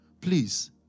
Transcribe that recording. please